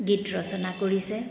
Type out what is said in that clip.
গীত ৰচনা কৰিছে